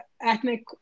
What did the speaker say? ethnic